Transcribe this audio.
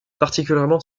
particulièrement